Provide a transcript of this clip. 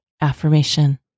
AFFIRMATION